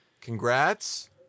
congrats